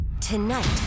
Tonight